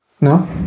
no